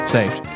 Saved